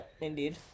indeed